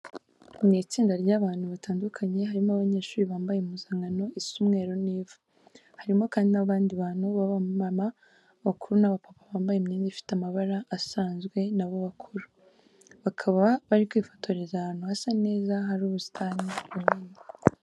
Ni itsinda ry'abantu batandukanye harimo abanyeshuri bambaye impuzankano isa umweru n'ivu. Harimo kandi n'abandi bantu b'abamama bakuru n'abapapa bambaye imyenda ifite amabara asanzwe na bo bakuru. Bakaba bari kwifotoreza ahantu hasa neza hari ubusitani bunini.